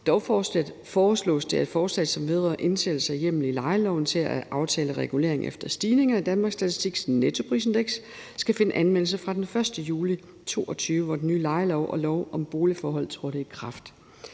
Dog foreslås det, at forslaget, som vedrører indsættelse af hjemmel i lejeloven til at aftale regulering efter stigninger i Danmarks Statistiks nettoprisindeks, skal finde anvendelse fra den 1. juli 2022, hvor den nye lejelov og lov om boligforhold trådte i kraft.